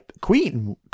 Queen